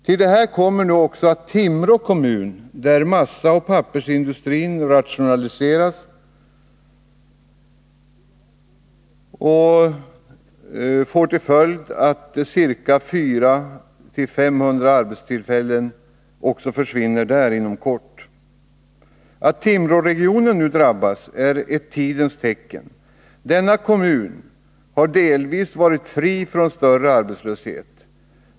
Till detta kommer nu också Timrå kommun där massaoch pappersindustrin rationaliseras vilket får till följd att ca 400-500 arbetstillfällen försvinner inom kort. Att Timråregionen nu drabbas är ett tidens tecken. Denna kommun kar delvis varit fri från större arbetslöshet.